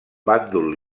bàndol